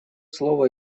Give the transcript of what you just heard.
слово